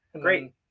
great